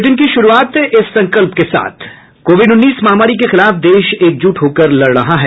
bulletin की शुरूआत से पहले ये संदेश कोविड उन्नीस महामारी के खिलाफ देश एकजुट होकर लड़ रहा है